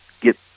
get